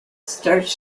starts